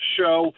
show